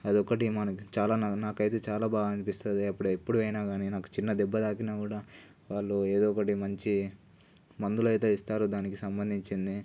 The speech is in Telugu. అది ఒకటి మనకు చాలా నాకు నాకు అయితే చాలా బాగా అనిపిస్తుంది ఎప్పుడు ఎప్పుడు పోయినా కానీ నాకు చిన్న దెబ్బ తాకినా కూడా వాళ్ళు ఏదో ఒకటి మంచి మందులు అయితే ఇస్తారు దానికి సంబంధించింది